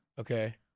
Okay